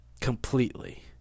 completely